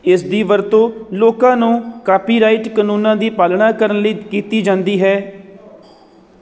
ਇਸ ਦੀ ਵਰਤੋਂ ਲੋਕਾਂ ਨੂੰ ਕਾਪੀਰਾਈਟ ਕਾਨੂੰਨਾਂ ਦੀ ਪਾਲਣਾ ਕਰਨ ਲਈ ਕੀਤੀ ਜਾਂਦੀ ਹੈ